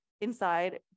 inside